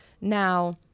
Now